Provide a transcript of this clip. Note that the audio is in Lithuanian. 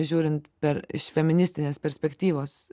žiūrint per iš feministinės perspektyvos